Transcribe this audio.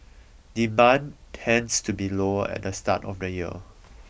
demand tends to be lower at the start of the year